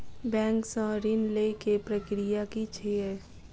Bank सऽ ऋण लेय केँ प्रक्रिया की छीयै?